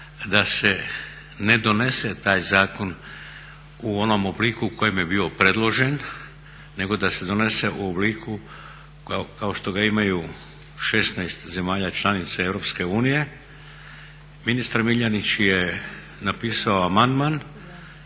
da se ne donese taj zakon u onom obliku u kojem je bio predložen nego da se donese u obliku kao što ga imaju 16 zemalja članica Europske unije. Ministar Miljenić je napisao amandman